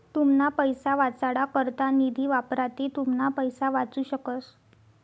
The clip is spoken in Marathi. तुमना पैसा वाचाडा करता निधी वापरा ते तुमना पैसा वाचू शकस